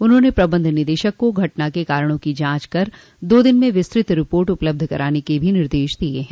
उन्होंने प्रबंध निदेशक को घटना के कारणों की जांच कर दो दिन म विस्तृत रिपोर्ट उपलब्ध कराने के भी निर्देश दिये हैं